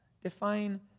define